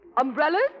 Umbrellas